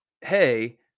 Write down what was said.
hey